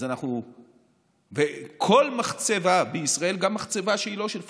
גם מחצבה שהיא לא של פוספטים,